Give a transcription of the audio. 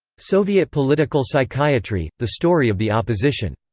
soviet political psychiatry the story of the opposition.